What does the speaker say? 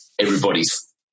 everybody's